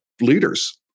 leaders